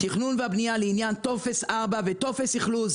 התכנון והבנייה לעניין טופס 4 וטופס אכלוס.